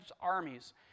armies